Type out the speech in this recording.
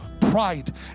pride